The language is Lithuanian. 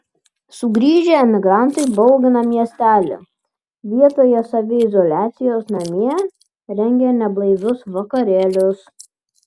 sugrįžę emigrantai baugina miestelį vietoje saviizoliacijos namie rengia neblaivius vakarėlius